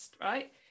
right